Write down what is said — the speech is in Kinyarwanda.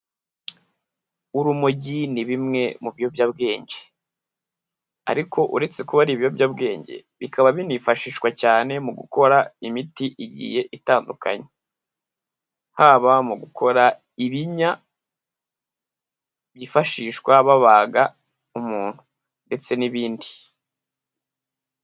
Urumogi ni bimwe mu biyobyabwenge, ariko uretse kuba ari ibiyobyabwenge bikaba binanifashishwa cyane mu gukora imiti igiye itandukanye, haba mu gukora ibinya byifashishwa babaga umuntu ndetse n'ibindi.